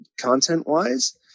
content-wise